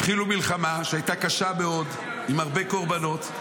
התחילו מלחמה, שהייתה קשה מאוד, עם הרבה קורבנות,